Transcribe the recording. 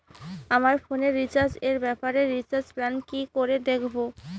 আমার ফোনে রিচার্জ এর ব্যাপারে রিচার্জ প্ল্যান কি করে দেখবো?